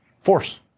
Force